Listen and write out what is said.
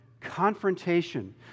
confrontation